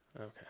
okay